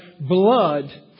blood